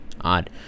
Odd